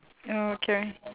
mm K